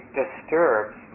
disturbs